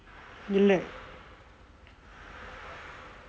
இல்லை:illai